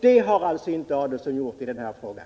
Det har alltså inte Ulf Adelsohn gjort i den här frågan.